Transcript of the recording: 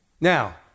Now